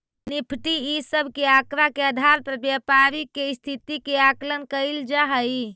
Nifty इ सब के आकड़ा के आधार पर व्यापारी के स्थिति के आकलन कैइल जा हई